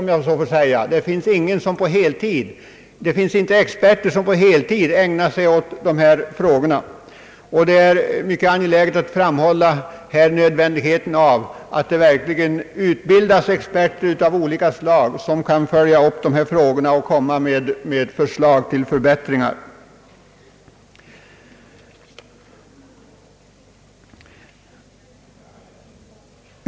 Inga experter ägnar sig på heltid åt dem. Det är därför mycket angeläget att här framhålla nödvändigheten av att experter av olika slag verkligen utbildas, vilka kan följa upp dessa frågor och komma med förslag till förbättringar.